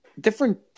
different